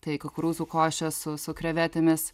tai kukurūzų košė su su krevetėmis